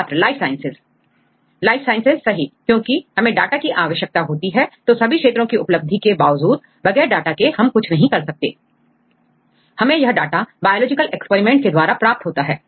छात्र life sciences life sciences सही क्योंकि हमें डाटा की आवश्यकता होती है तो सभी क्षेत्रों की उपलब्धि के बावजूद बगैर डाटा के हम कुछ नहीं कर सकते हमें यह डाटा बायोलॉजिकल एक्सपेरिमेंट के द्वारा प्राप्त होता है